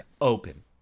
Open